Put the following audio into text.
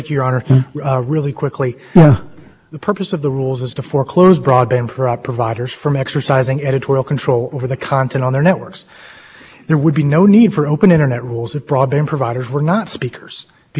sixty years so you know here we are twenty years later and we're just having a debate and the statutes almost never mentioned in my clients were the people who were supposed to be the beneficiaries of very specific provisions included in that statu